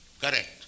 correct